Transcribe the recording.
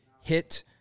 hit –